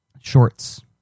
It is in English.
shorts